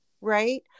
Right